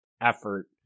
effort